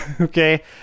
Okay